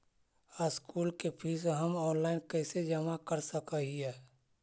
School के fees हम online कैसे जमा कर सक हिय?